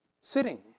sitting